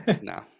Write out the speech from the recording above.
no